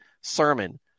sermon